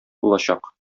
булачак